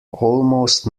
almost